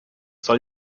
soll